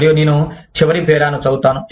మరియు నేను చివరి పేరాను చదువుతాను